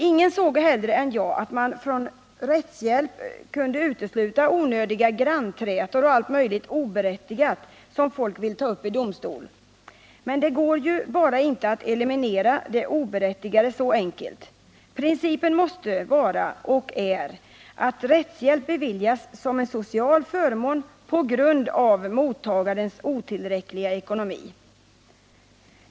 Ingen såge hellre än jag att man från rättshjälp kunde utesluta onödiga grannträtor och allt möjligt oberättigat, som folk vill ta upp i domstol. Men det går ju bara inte att eliminera det oberättigade så enkelt. Principen måste vara, och är, att rättshjälp beviljas som en social förmån på grund av mottagarens otillräckliga ekonomi.